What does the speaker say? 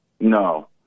No